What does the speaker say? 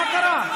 מה קרה?